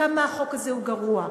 כמה החוק הזה הוא גרוע,